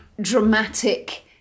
dramatic